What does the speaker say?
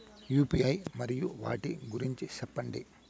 UPI మరియు వాటి గురించి సెప్పండి?